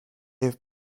have